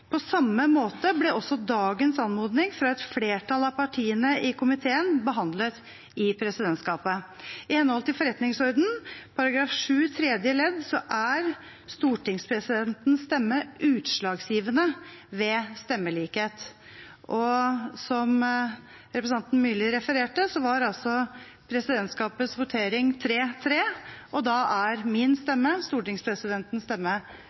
På samme måte ble også dagens anmodning fra et flertall av partiene i komiteen behandlet i presidentskapet. I henhold til forretningsordenen § 7 tredje ledd er stortingspresidentens stemme utslagsgivende ved stemmelikhet, og som representanten Myrli refererte, endte altså presidentskapets votering med tre mot tre stemmer, og da er min stemme,